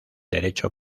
derecho